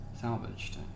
Salvaged